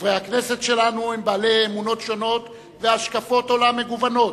חברי הכנסת שלנו הם בעלי אמונות שונות והשקפות עולם מגוונות,